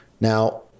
Now